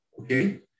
Okay